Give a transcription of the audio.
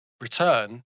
return